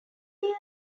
dear